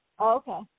Okay